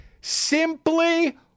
simply